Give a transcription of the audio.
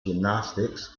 gymnastics